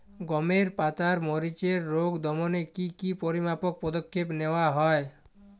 গমের পাতার মরিচের রোগ দমনে কি কি পরিমাপক পদক্ষেপ নেওয়া হয়?